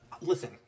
Listen